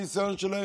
הניסיון שלהם,